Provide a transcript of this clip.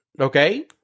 Okay